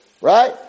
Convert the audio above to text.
right